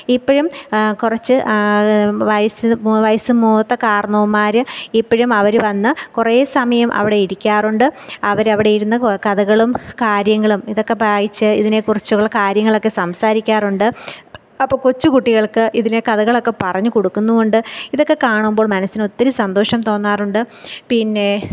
ഇപ്പോഴും കുറച്ച് വയസ്സിന് വയസ്സ് മൂത്ത കാരണവന്മാർ ഇപ്പോഴും അവർ വന്ന് കുറേ സമയം അവിടെ ഇരിക്കാറുണ്ട് അവർ അവിടെ ഇരുന്ന് കഥകളും കാര്യങ്ങളും ഇതൊക്കെ വായിച്ച് ഇതിനെ കുറിച്ചുള്ള കാര്യങ്ങളൊക്കെ സംസാരിക്കാറുണ്ട് അപ്പോൾ കൊച്ചുകുട്ടികൾക്ക് ഇതിലെ കഥകളൊക്കെ പറഞ്ഞ് കൊടുക്കുന്നും ഉണ്ട് ഇതൊക്കെ കാണുമ്പോൾ മനസ്സിന് ഒത്തിരി സന്തോഷം തോന്നാറുണ്ട് പിന്നെ